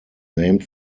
named